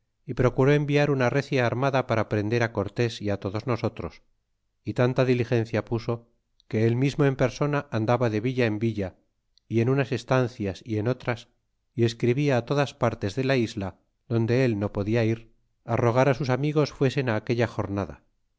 y procuró enviar una recia armada para prender a cortés y todos nosotros y tanta diligencia puso que él mismo en persona andaba de villa en villa y en unas estancias y en otras y escribia todas las partes de la isla donde él no podia ir rogar sus amigos fuesen aquella jornada